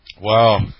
Wow